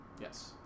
Yes